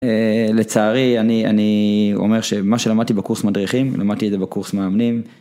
לצערי אני אומר שמה שלמדתי בקורס מדריכים למדתי את זה בקורס מאמנים.